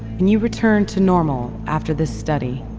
can you return to normal after this study?